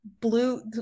blue